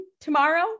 tomorrow